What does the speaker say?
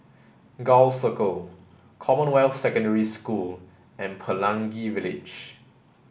Gul Circle Commonwealth Secondary School and Pelangi Village